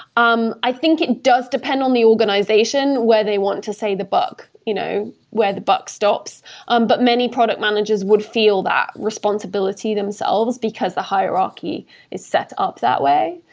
um i think it does depend on the organization where they want to say the buck you know where the buck stops um but many product managers would feel that responsibility themselves, because the hierarchy is setup that way.